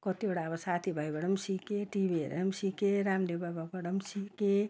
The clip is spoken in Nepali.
कतिवटा अब साथी भाइबाट सिकेँ टिभी हेरेर सिकेँ रामदेव बाबाबाट सिकेँ